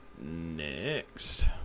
next